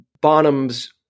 Bonham's